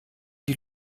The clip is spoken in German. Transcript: die